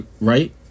right